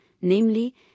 namely